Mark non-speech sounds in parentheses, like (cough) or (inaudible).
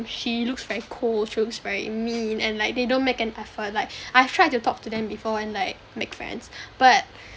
she looks very cold she looks very mean and like they don't make an effort like (breath) I've tried to talk to them before and like make friends but (breath)